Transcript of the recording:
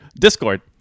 Discord